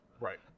right